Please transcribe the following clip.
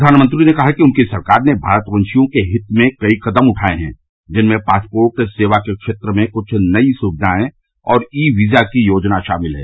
प्रधानमंत्री ने कहा कि उनकी सरकार ने भारतवंशियों के हित में कई कदम उठाये हैं जिनमें पासपोर्ट सेवा के क्षेत्र में कुछ नई सुविघाएं और ई वीजा की योजना शामिल है